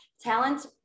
talent